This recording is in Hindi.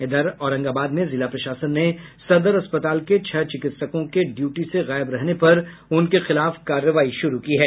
इधर औरंगाबाद में जिला प्रशासन ने सदर अस्पताल के छह चिकित्सकों के ड्यूटी से गायब रहने पर उनके खिलाफ कार्रवाई शुरू की है